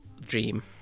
dream